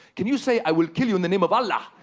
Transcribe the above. can you say i will kill you in the name of allah